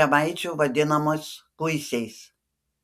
žemaičių vadinamus kuisiais